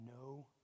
no